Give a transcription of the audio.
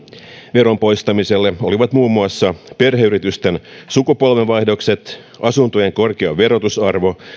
veron poistamiselle olivat muun muassa perheyritysten sukupolvenvaihdokset asuntojen korkea verotusarvo